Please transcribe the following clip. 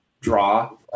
draw